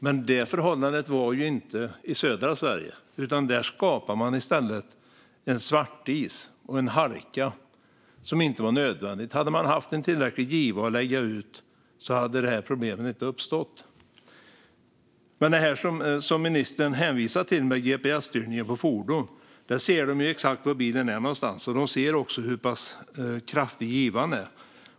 Men det var ju inte samma förhållande i södra Sverige, utan där skapade man i stället en svartis och en halka som inte var nödvändigt. Hade man haft en tillräcklig giva att lägga ut hade de här problemen inte uppstått. Med gps-styrning av fordon, som ministern hänvisar till, ser man direkt var bilen är någonstans. Man ser också hur pass kraftig givan är.